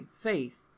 faith